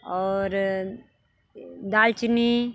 और दालचीनी